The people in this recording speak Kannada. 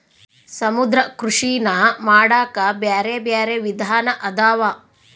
ಸಮುದ್ರ ಕೃಷಿನಾ ಮಾಡಾಕ ಬ್ಯಾರೆ ಬ್ಯಾರೆ ವಿಧಾನ ಅದಾವ